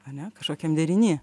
ane kažkokiam deriny